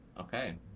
okay